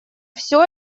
все